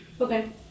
Okay